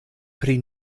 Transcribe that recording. pri